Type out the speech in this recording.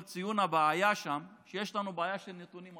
ציון הבעיה שם: יש לנו בעיה של נתונים,